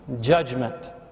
judgment